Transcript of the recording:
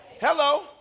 hello